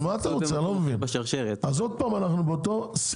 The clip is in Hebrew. אני לא מבין --- אז עוד פעם אנחנו באותו סיפור,